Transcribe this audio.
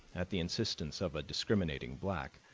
at the instance of a discriminating black,